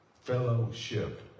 Fellowship